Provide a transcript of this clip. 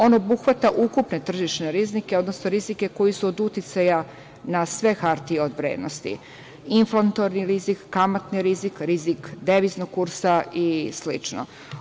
On obuhvata ukupne tržištne rizike, odnosno rizike koji su od uticaja na sve hartije od vrednosti, inflatorni rizik, kamatni rizik, rizik deviznog kursa i sl.